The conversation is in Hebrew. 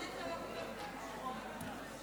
של חברי הכנסת אופיר כץ ורון כץ.